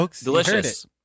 Delicious